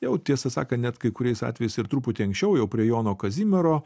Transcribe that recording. jau tiesą sakant net kai kuriais atvejais ir truputį anksčiau jau prie jono kazimiero